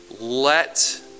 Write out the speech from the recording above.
let